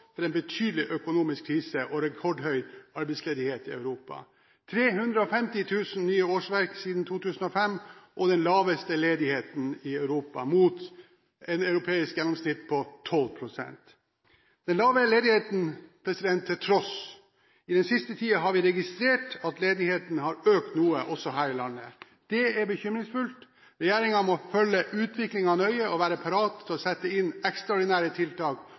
en betydelig økonomisk krise og rekordhøy arbeidsledighet i Europa – 350 000 nye årsverk siden 2005, og den laveste ledigheten Europa, mot et europeisk gjennomsnitt på 12 pst. Den lave ledigheten til tross, i den siste tiden har vi registret at ledigheten har økt noe også her i landet, det er bekymringsfullt. Regjeringen må følge utviklingen nøye og være parat til å sette inn ekstraordinære tiltak